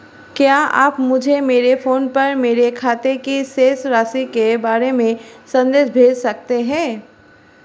क्या आप मुझे मेरे फ़ोन पर मेरे खाते की शेष राशि के बारे में संदेश भेज सकते हैं?